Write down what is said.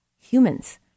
humans